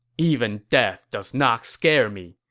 even death does not scare me,